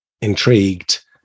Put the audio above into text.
intrigued